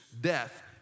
death